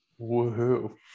Woohoo